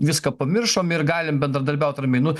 viską pamiršom ir galim bendradarbiaut ramiai nu